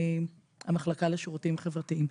זו המחלקה לשירותים חברתיים.